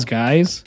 guys